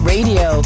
Radio